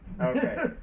Okay